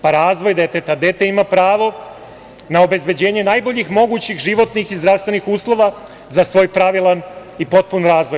Pa, razvoj deteta – dete ima pravo na obezbeđenje najboljih mogućih životnih i zdravstvenih uslova za svoj pravilan i potpun razvoj.